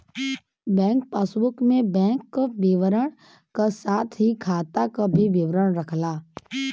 bank passbook में bank क विवरण क साथ ही खाता क भी विवरण रहला